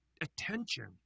attention